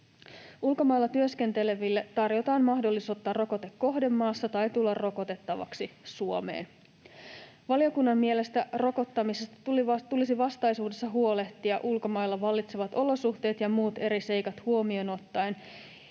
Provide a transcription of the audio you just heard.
Ulkomailla työskenteleville tarjotaan mahdollisuus ottaa rokote kohdemaassa tai tulla rokotettavaksi Suomeen. Valiokunnan mielestä rokottamisesta tulisi vastaisuudessa huolehtia ulkomailla vallitsevat olosuhteet ja muut eri seikat huomioon ottaen